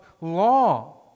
law